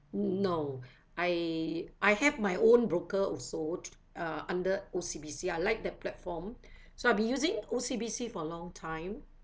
no I I have my own broker also uh under O_C_B_C I like that platform so I've been using O_C_B_C for long time